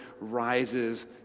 rises